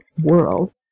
world